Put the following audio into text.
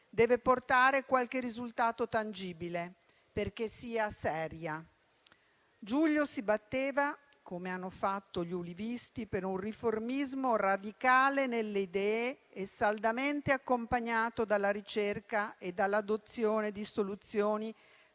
deve portare qualche risultato tangibile perché sia seria. Giulio si batteva, come hanno fatto gli ulivisti, per un riformismo radicale nelle idee, saldamente accompagnato dalla ricerca e dall'adozione di soluzioni